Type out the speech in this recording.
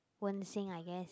wen-xin I guess